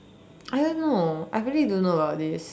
I don't know I really don't know about this